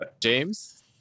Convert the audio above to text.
James